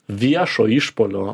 viešo išpuolio